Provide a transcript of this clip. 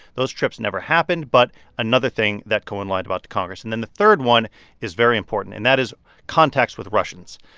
those trips never happened but another thing that cohen lied about to congress and then the third one is very important, and that is contacts with the russians.